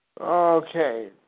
Okay